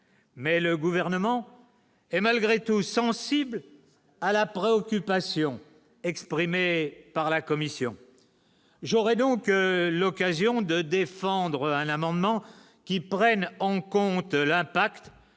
mais le gouvernement est malgré tout sensible à la préoccupation exprimée par la commission, j'aurai donc l'occasion de défendre un amendement qui prenne en compte l'impact